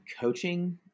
coaching